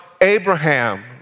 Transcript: Abraham